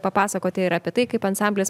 papasakoti ir apie tai kaip ansamblis